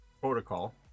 protocol